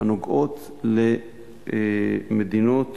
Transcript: הנוגעות למדינות